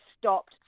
Stopped